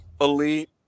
elite